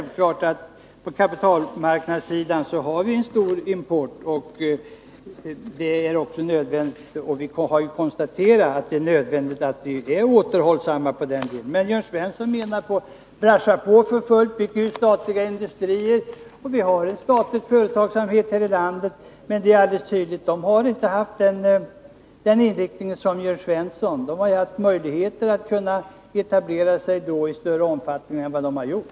Vi har en stor import av kapiltalvaror, och vi har ju konstaterat att det är nödvändigt att vi är återhållsamma på det området. Men Jörn Svensson vill brassa på för fullt. Bygg ut statliga industrier, säger han. Vi har statlig företagsamhet här i landet, men den har inte haft den inriktning som Jörn Svensson vill att den skall ha. De statliga företagen har haft möjlighet att etablera sig i större omfattning än vad de har gjort.